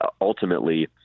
ultimately